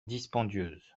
dispendieuse